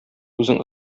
үзең